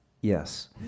Yes